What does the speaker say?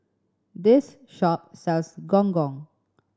this shop sells Gong Gong